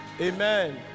amen